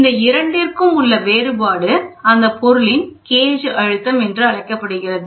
இந்த இரண்டிற்கும் உள்ள வேறுபாடு அந்தப் பொருளின் கேஜ் அழுத்தம் என்று அழைக்கப்படுகிறது